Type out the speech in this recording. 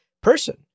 person